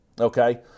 okay